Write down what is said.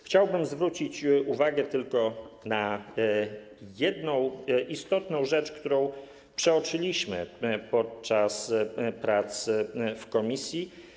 Chciałbym zwrócić uwagę na jedną istotną rzecz, którą przeoczyliśmy podczas prac w komisji.